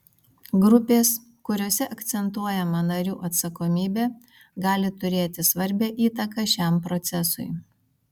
grupės kuriose akcentuojama narių atsakomybė gali turėti svarbią įtaką šiam procesui